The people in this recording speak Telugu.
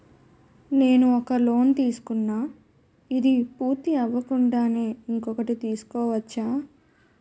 నేను ఒక లోన్ తీసుకున్న, ఇది పూర్తి అవ్వకుండానే ఇంకోటి తీసుకోవచ్చా?